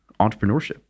entrepreneurship